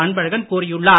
அன்பழகன் கூறியுள்ளார்